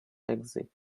exit